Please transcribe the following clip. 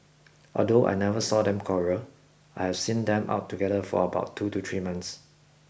although I never saw them quarrel I have seen them out together for about two to three months